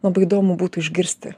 labai įdomu būtų išgirsti